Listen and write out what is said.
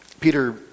Peter